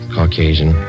Caucasian